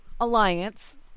Alliance